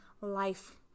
life